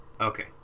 Okay